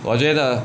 我觉得